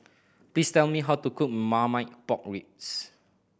please tell me how to cook Marmite Pork Ribs